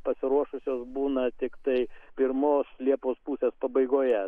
pasiruošusios būna tiktai pirmos liepos pusės pabaigoje